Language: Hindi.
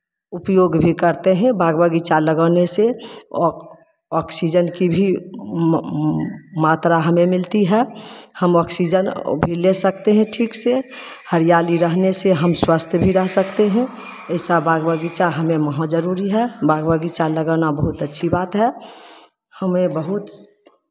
उपयोग भी करते हैं बाग बगीचा लगाने से ऑक ऑक्सीजन की भी मात्रा हमें मिलती है हम ऑक्सीजन भी ले सकते हैं ठीक से हरियाली रहने से हम स्वस्थ भी रह सकते हैं ऐसा बाग बगीचा हमें महा जरूरी है बाग बगीचा लगाना बहुत अच्छी बात है हमें बहुत